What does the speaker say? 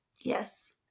Yes